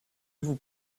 vous